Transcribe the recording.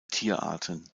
tierarten